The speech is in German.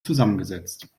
zusammengesetzt